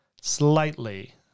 slightly